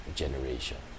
generation